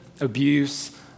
abuse